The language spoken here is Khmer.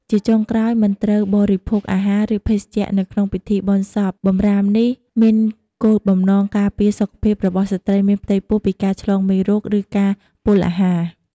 ជាចុងក្រោយ មិនត្រូវបរិភោគអាហារ ឬភេសជ្ជៈនៅក្នុងពិធីបុណ្យសព បម្រាមនេះមានគោលបំណងការពារសុខភាពរបស់ស្ត្រីមានផ្ទៃពោះពីការឆ្លងមេរោគ ឬការពុលអាហារ។